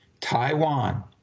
Taiwan